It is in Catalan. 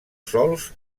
sòls